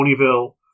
Ponyville